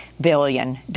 billion